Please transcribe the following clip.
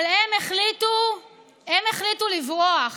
אבל הם החליטו לברוח.